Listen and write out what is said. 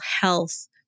health